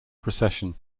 procession